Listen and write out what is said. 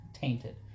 tainted